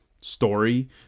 story